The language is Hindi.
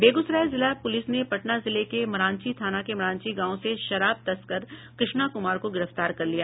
बेगूसराय जिला पुलिस ने पटना जिले के मरांची थाना के मरांची गांव से शराब तस्कर कृष्णा कुमार को गिरफ्तार कर लिया